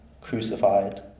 crucified